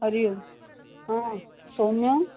हरिः ओम् सौम्या